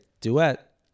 duet